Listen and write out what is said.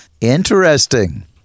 Interesting